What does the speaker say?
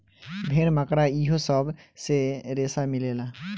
भेड़, मकड़ा इहो सब से रेसा मिलेला